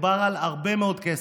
מדובר על הרבה מאוד כסף.